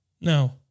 No